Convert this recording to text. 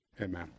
Amen